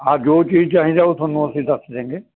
ਹਾਂ ਜੋ ਚੀਜ਼ ਚਾਹੀਦਾ ਉਹ ਤੁਹਾਨੂੰ ਅਸੀਂ ਦੱਸ ਦਿਆਂਗੇ